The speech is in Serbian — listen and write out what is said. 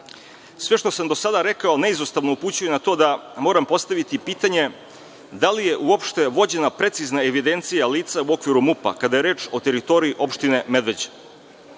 što sam do sada rekao, neizostavno upućuje na to da moram postaviti pitanje - da li je uopšte vođena precizna evidencija lica u okviru MUP-a kada je reč o teritoriji opštine Medveđa?